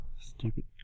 Stupid